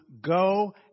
go